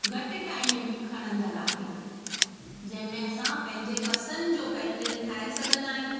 घटि टाइम खणंदड़ आहे जंहिंमें असां पंहिंजे पसंदि जो पैटन ठाहे सघंदा आहियूं